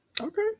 Okay